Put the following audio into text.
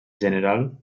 general